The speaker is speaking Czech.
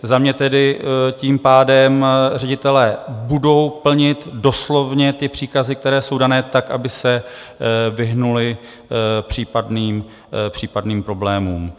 Za mě tedy tím pádem ředitelé budou plnit doslovně ty příkazy, které jsou dané, tak, aby se vyhnuli případným problémům.